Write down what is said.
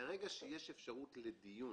מרגע שיש אפשרות לדיון